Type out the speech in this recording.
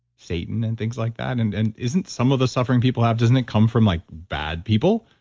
satan and things like that? and and isn't some of the suffering people have, doesn't it come from like bad people?